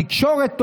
תקשורת טובה,